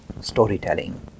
Storytelling